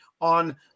on